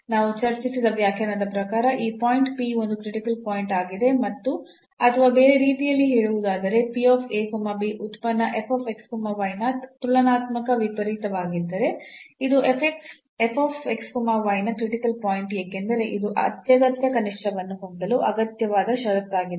ನಾವು ಚರ್ಚಿಸಿದ ವ್ಯಾಖ್ಯಾನದ ಪ್ರಕಾರ ಈ ಪಾಯಿಂಟ್ ಒಂದು ಕ್ರಿಟಿಕಲ್ ಪಾಯಿಂಟ್ ಆಗಿದೆ ಅಥವಾ ಬೇರೆ ರೀತಿಯಲ್ಲಿ ಹೇಳುವುದಾದರೆ ಉತ್ಪನ್ನ ನ ತುಲನಾತ್ಮಕ ವಿಪರೀತವಾಗಿದ್ದರೆ ಇದು ನ ಕ್ರಿಟಿಕಲ್ ಪಾಯಿಂಟ್ ಏಕೆಂದರೆ ಇದು ಅತ್ಯಗತ್ಯ ಕನಿಷ್ಠವನ್ನು ಹೊಂದಲು ಅಗತ್ಯವಾದ ಷರತ್ತಾಗಿದೆ